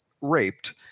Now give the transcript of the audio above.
raped